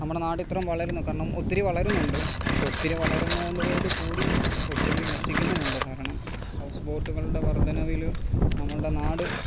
നമ്മുടെ നാടിത്രയും വളരുന്നു കാരണം ഒത്തിരി വളരുന്നുണ്ട് പക്ഷേ ഒത്തിരി വളരുന്നതോടു കൂടി ഒത്തിരി നശിക്കുന്നുമുണ്ട് കാരണം ഹൗസ് ബോട്ടുകളുടെ വർദ്ധനവില് നമ്മളുടെ നാട്